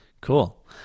Cool